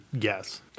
yes